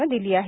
नं दिली आहे